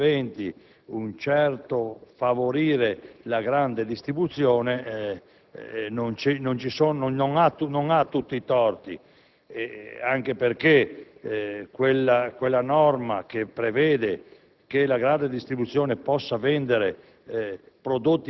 Sappiamo che le cooperative, tra la grande distribuzione, sono quelle che hanno una fetta maggiore del fatturato, perciò se qualcuno